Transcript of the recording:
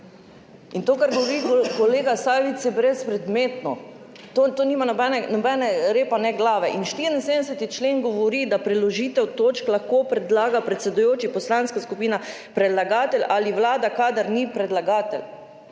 In to, kar govori kolega Sajovic, brezpredmetno, to nima nobenega repa ne glave. In 74. člen govori, da preložitev točk lahko predlaga predsedujoči, poslanska skupina, predlagatelj ali Vlada, kadar ni predlagatelj.